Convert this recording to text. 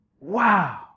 Wow